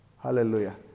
Hallelujah